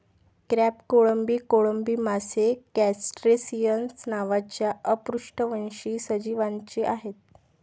crab, कोळंबी, कोळंबी मासे क्रस्टेसिअन्स नावाच्या अपृष्ठवंशी सजीवांचे आहेत